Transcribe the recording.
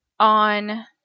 On